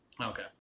Okay